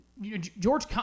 George